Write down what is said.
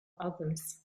others